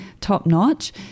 top-notch